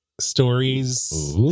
stories